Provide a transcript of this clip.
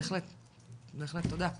בהחלט, תודה.